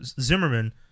Zimmerman